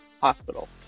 hospital